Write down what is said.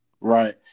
right